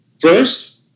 First